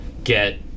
get